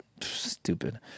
Stupid